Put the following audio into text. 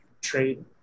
trade